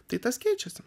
tas keičiasi